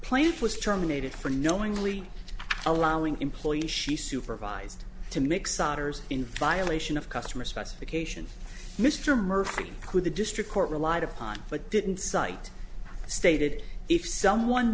plant was terminated for knowingly allowing employees she supervised to make solders in violation of customer specifications mr murphy who the district court relied upon but didn't cite stated if someone